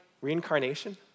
reincarnation